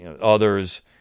others